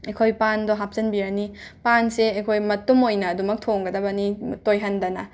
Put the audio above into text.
ꯑꯩꯈꯣꯏ ꯄꯥꯟꯗꯣ ꯍꯥꯞꯆꯤꯟꯕꯤꯔꯅꯤ ꯄꯥꯟꯁꯦ ꯑꯩꯈꯣꯏ ꯃꯇꯨꯝ ꯑꯣꯏꯅ ꯑꯗꯨꯃꯛ ꯊꯣꯡꯒꯗꯕꯅꯤ ꯇꯣꯏꯍꯟꯗꯅ